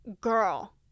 Girl